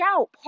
out